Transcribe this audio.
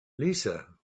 lisa